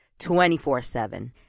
24-7